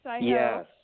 Yes